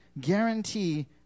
guarantee